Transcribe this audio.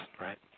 right